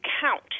count